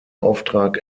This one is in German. auftrag